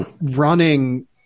running